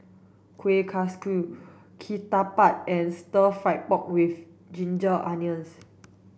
kueh kaswi ketupat and stir fried pork with ginger onions